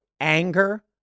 anger